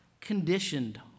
conditioned